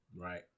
Right